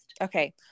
Okay